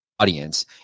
audience